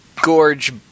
Gorge